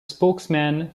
spokesman